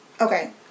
Okay